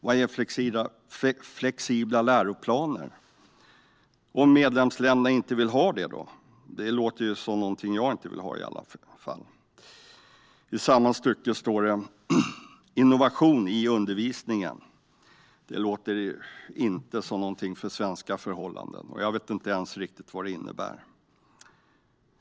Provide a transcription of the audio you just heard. Vad är flexibla läroplaner? Men tänk om medlemsländerna inte vill ha det? Det låter i alla fall som någonting som jag inte vill ha. I samma stycke står det något om innovation i undervisningen. Det låter inte som någonting för svenska förhållanden. Jag vet inte ens riktigt vad det innebär.